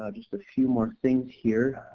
um just a few more things here.